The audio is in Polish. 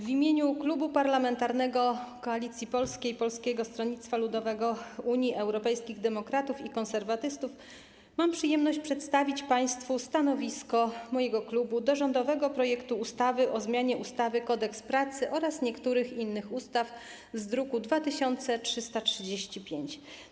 W imieniu Klubu Parlamentarnego Koalicji Polskiej - Polskiego Stronnictwa Ludowego, Unii Europejskich Demokratów i Konserwatystów mam przyjemność przedstawić państwu stanowisko mojego klubu wobec rządowego projektu ustawy o zmianie ustawy - Kodeks pracy oraz niektórych innych ustaw z druku nr 2335.